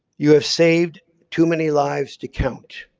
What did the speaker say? you have saved too many lives to count.